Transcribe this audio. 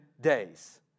days